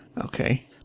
okay